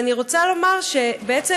אני רוצה לומר שבעצם